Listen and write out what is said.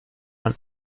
man